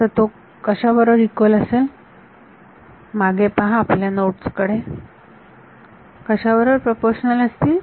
तर ते कशाबरोबर इक्वल असतील जरा मागे पहा आपल्या नोड्स कडे कशाबरोबर प्रपोर्शनल असतील